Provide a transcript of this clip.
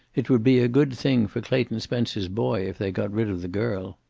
it would be a good thing for clayton spencer's boy if they got rid of the girl.